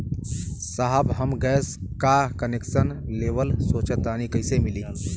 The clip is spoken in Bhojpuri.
साहब हम गैस का कनेक्सन लेवल सोंचतानी कइसे मिली?